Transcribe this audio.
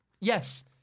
Yes